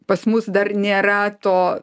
pas mus dar nėra to